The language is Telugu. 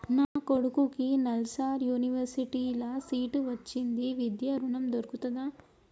నా కొడుకుకి నల్సార్ యూనివర్సిటీ ల సీట్ వచ్చింది విద్య ఋణం దొర్కుతదా?